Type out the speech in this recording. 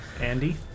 Andy